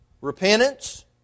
Repentance